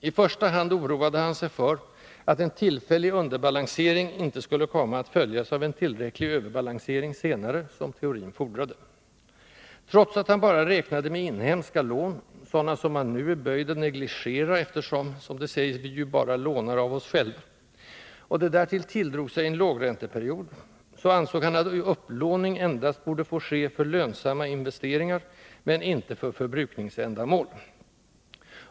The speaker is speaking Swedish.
I första hand oroade han sig för att en tillfällig underbalansering inte skulle komma att följas av en tillräcklig överbalansering senare, som teorin fordrade. Trots att han bara räknade med inhemska lån — sådana som man nu är böjd att negligera, eftersom ”vi ju bara lånar av oss själva” — och det därtill tilldrog sig i en lågränteperiod, ansåg han att upplåning endast borde få ske för lönsamma investeringar, inte för förbrukningsändamål.